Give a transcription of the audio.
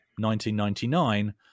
1999